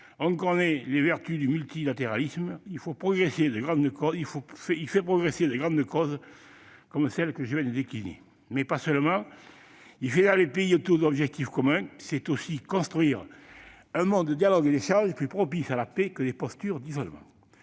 On connaît les vertus du multilatéralisme : il fait progresser de grandes causes comme celles que je viens de décliner. Mais pas seulement ! Il fédère des pays autour d'objectifs communs : c'est aussi construire un monde de dialogue et d'échanges plus propice à la paix que les postures d'isolement.